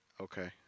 Okay